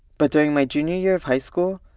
but during my junior year of high school,